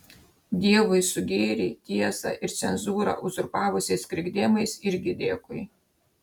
dievui su gėrį tiesą ir cenzūrą uzurpavusiais krikdemais irgi dėkui